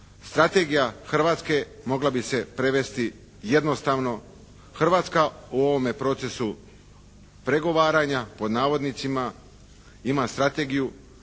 strategija Hrvatske mogla bi se prevesti jednostavno Hrvatska u ovome procesu "pregovaranja" ima strategiju